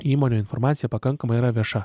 įmonių informacija pakankamai yra vieša